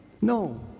No